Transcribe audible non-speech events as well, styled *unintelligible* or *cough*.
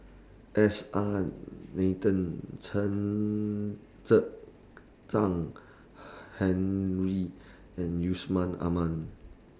S R Nathan Chen *unintelligible* Henri and Yusman Aman